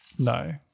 no